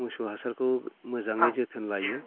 मोसौ हासारखौ मोजाङै जोथोन लायो